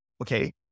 okay